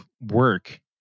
work